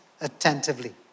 attentively